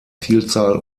vielzahl